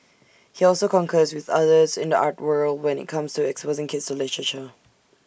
he also concurs with others in the arts world when IT comes to exposing kids to literature